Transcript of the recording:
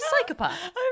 psychopath